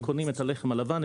קונים את הלחם הלבן,